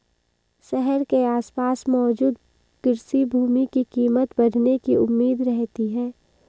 शहर के आसपास मौजूद कृषि भूमि की कीमत बढ़ने की उम्मीद रहती है